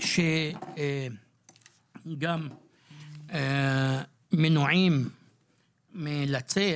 שגם מנועים מלצאת,